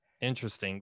Interesting